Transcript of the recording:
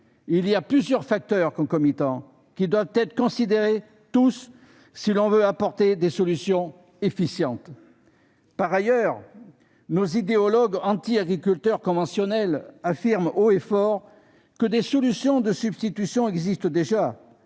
; plusieurs facteurs concomitants doivent être pris en considération si l'on veut apporter des solutions efficientes. Par ailleurs, nos idéologues anti-agriculteurs conventionnels affirment haut et fort que des solutions de substitution existent déjà.